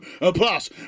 Plus